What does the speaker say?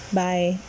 bye